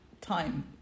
time